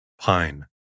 Pine